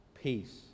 peace